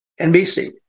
NBC